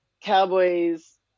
cowboys